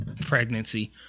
pregnancy